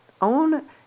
own